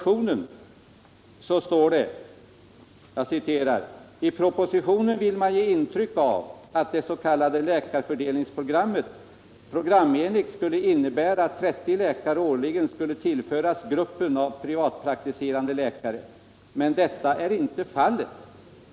” I propositionen vill man ge intryck av det s.k. läkarfördelningsprogrammet programenligt skulle innebära att 30 läkare årligen skulle tillföras gruppen av privatpraktiserande läkare. Men detta är inte fallet.